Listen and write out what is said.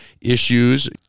issues